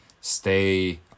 stay